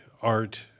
art